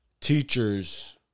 teachers